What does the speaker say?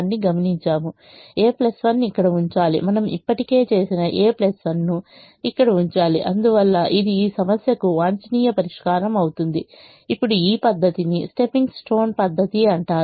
a 1 ఇక్కడ ఉంచాలి మనము ఇప్పటికే చేసిన a 1 ను ఇక్కడ ఉంచాలి అందువల్ల ఇది ఈ సమస్యకు వాంఛనీయ పరిష్కారం అవుతుంది ఇప్పుడు ఈ పద్ధతిని స్టెప్పింగ్ స్టోన్ పద్ధతి అంటారు